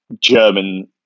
German